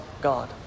God